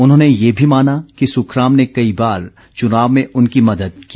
उन्होंने ये भी माना कि सुखराम ने कई बार चुनाव में उनकी मदद की